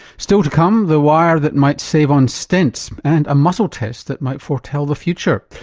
still to come the wire that might save on stents and a muscle test that might foretell the future.